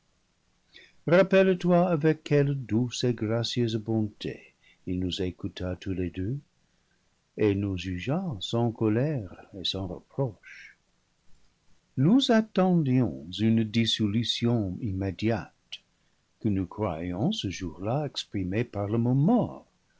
rappelle-toi avec quelle douce et gracieuse bonté il nous écouta tous les deux et nous jugea sans colère et sans reproche nous attendions une dissolution immédiate que nous croyions ce jour-là exprimée par le mot